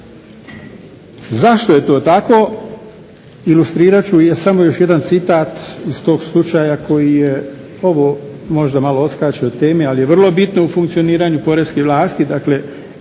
Zašto je to tako ilustrirat ću, samo još jedan citat iz tog slučaja koji je ovo možda malo odskače od teme ali je vrlo bitno u funkcioniranje poreskih vlasti, dakle